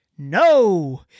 No